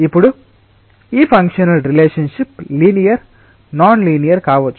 ఇప్పుడు ఈ functional relationship linear non linear కావచ్చు